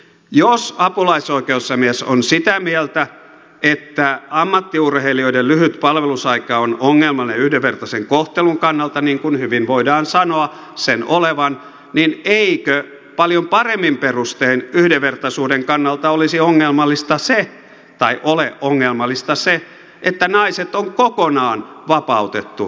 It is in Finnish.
jos apulaisoikeusasiamies on sitä mieltä että ammattiurheilijoiden lyhyt palvelusaika on ongelmallinen yhdenvertaisen kohtelun kannalta niin kuin hyvin voidaan sanoa sen olevan niin eikö paljon paremmin perustein yhdenvertaisuuden kannalta ole ongelmallista se että naiset on kokonaan vapautettu varusmiespalveluksesta